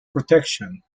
protection